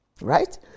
right